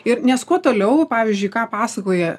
ir nes kuo toliau pavyzdžiui ką pasakoja